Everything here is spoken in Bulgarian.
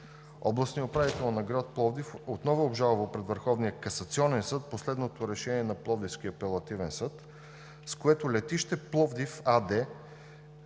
Областният управител на град Пловдив отново обжалва пред Върховния касационен съд последното решение на Пловдивския апелативен съд, с което на „Летище Пловдив“ АД